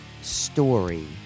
story